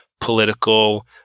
political